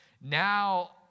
Now